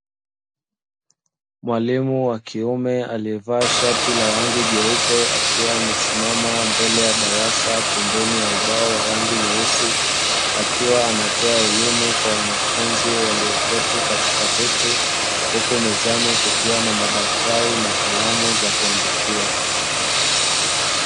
Mwalimu wa kiume aliyevaa shati la rangi nyeupe akiwa amesimama mbele ya darasa pembeni ya ubao wa rangi nyeusi akiwa anatoa elimu kwa wanafunzi walioketi katika viti huku mezani kukiwa na madaftari na kalamu za kuandikia.